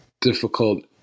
difficult